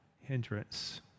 hindrance